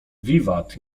wiwat